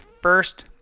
first